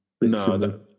No